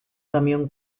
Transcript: camión